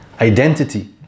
identity